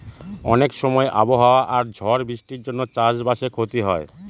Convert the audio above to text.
অনেক সময় আবহাওয়া আর ঝড় বৃষ্টির জন্য চাষ বাসে ক্ষতি হয়